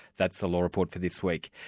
that's the law report for this week.